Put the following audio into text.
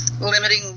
limiting